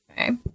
Okay